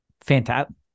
fantastic